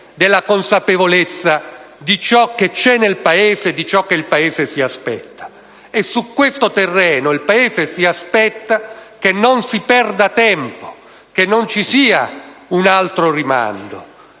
della consapevolezza di ciò che c'è nel Paese, di ciò che il Paese si aspetta. E su questo terreno si aspetta che non si perda tempo, che non ci sia un altro rimando.